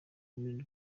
rurimi